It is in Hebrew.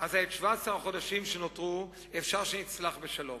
את 17 החודשים שנותרו אפשר שנצלח בשלום.